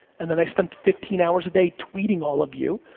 and then i spent fifteen hours a day tweeting all of you,